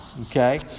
Okay